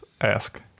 ask